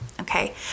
Okay